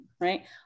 right